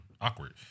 awkward